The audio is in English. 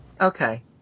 Okay